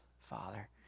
Father